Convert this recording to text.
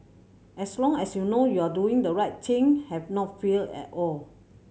as long as you know you are doing the right thing have no fear at all